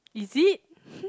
is it